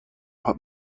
what